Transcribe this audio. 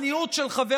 זריזים למצוות.